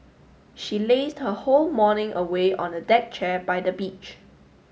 she lazed her whole morning away on a deck chair by the beach